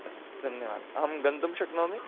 अस्तु धन्यवादाः अहं गन्तुं शक्नोमि